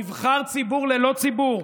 נבחר ציבור ללא ציבור,